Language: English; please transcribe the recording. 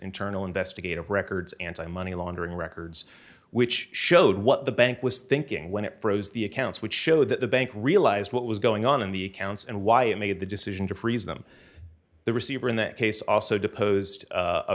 internal investigative records anti money laundering records which showed what the bank was thinking when it froze the accounts which showed that the bank realised what was going on in the accounts and why it made the decision to freeze them the receiver in that case also deposed